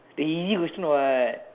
the easy question what